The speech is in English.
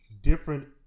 different